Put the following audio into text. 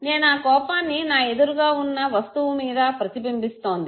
నేను ఆ కోపాన్ని నా ఎదురుగా వున్న వస్తువు మీద ప్రతిబింబిస్తోంది